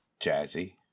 Jazzy